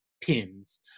pins